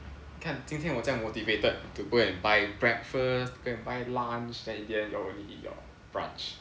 看今天我这样 motivated to go and buy breakfast to go and buy lunch then in the end y'all only eat your brunch